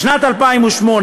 בשנת 2008,